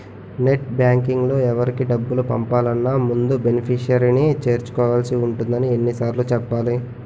net బాంకింగ్లో ఎవరికి డబ్బులు పంపాలన్నా ముందు బెనిఫిషరీని చేర్చుకోవాల్సి ఉంటుందని ఎన్ని సార్లు చెప్పాలి